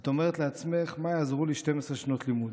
את אומרת לעצמך: מה יעזרו לי 12 שנות לימוד?